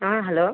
hello